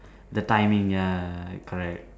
the timing ya correct